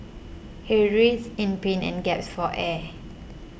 he writhed in pain and gasped for air